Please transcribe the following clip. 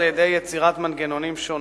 על-ידי יצירת מנגנונים שונים,